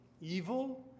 evil